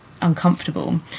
uncomfortable